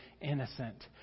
innocent